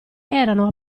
erano